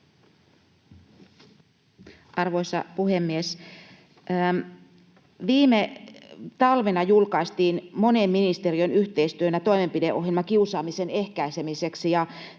Arvoisa puhemies! Viime talvena julkaistiin monen ministeriön yhteistyönä toimenpideohjelma kiusaamisen ehkäisemiseksi.